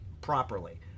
properly